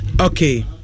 Okay